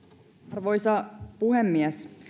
arvoisa puhemies